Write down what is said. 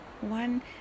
one